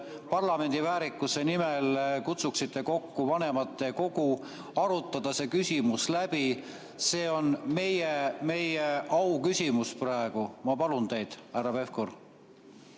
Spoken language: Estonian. parlamendi väärikuse nimel kutsuksite kokku vanematekogu. Arutada see küsimus läbi – see on meie auküsimus praegu. Ma palun teid, härra Pevkur!